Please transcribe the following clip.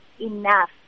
enough